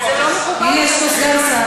לתת לדובר לדבר עד ששר נכנס, ואין שר.